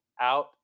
out